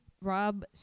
Rob